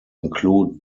include